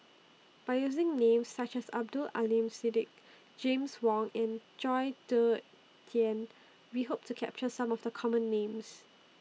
By using Names such as Abdul Aleem Siddique James Wong and Chong Tze Chien We Hope to capture Some of The Common Names